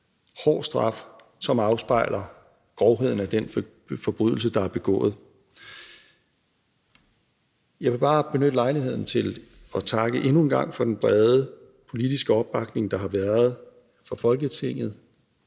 hård straf, som afspejler grovheden af den forbrydelse, der er begået. Jeg vil bare benytte lejligheden til at takke endnu engang for den brede politiske opbakning, der har været fra Folketinget.